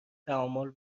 تعامل